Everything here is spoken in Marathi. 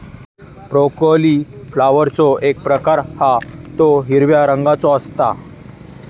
ब्रोकली फ्लॉवरचो एक प्रकार हा तो हिरव्या रंगाचो असता